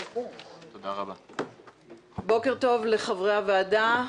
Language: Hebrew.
בוקר טוב לחברי הוועדה,